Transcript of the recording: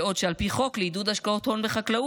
בעוד על פי חוק לעידוד השקעות הון בחקלאות,